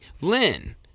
Lynn